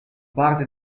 parte